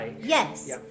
yes